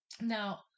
Now